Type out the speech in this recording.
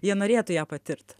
jie norėtų ją patirt